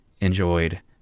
enjoyed